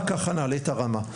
רק כך נעלה את הרמה.